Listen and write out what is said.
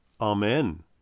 Amen